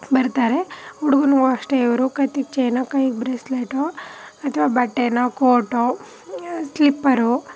ಬರ್ತಾರೆ ಹುಡ್ಗನೂ ಅಷ್ಟೆ ಇವರು ಕತ್ತಿಗೆ ಚೈನು ಕೈಗೆ ಬ್ರೇಸ್ಲೇಟೋ ಅಥ್ವಾ ಬಟ್ಟೆಯೋ ಕೋಟೋ ಸ್ಲಿಪ್ಪರೋ